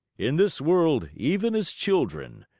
in this world, even as children,